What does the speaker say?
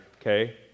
Okay